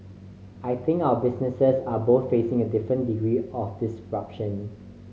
I think our businesses are both facing a different degree of disruption